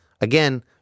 Again